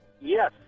Yes